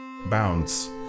bounce